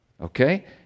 Okay